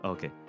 Okay